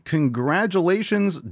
Congratulations